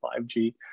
5G